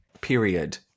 Period